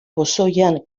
pozoian